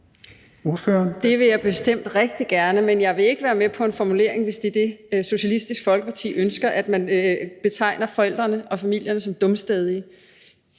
Det vil jeg bestemt rigtig gerne, men jeg vil ikke være med på, at man bruger en formulering, hvor man betegner forældrene og familierne som dumstædige,